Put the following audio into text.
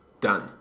Done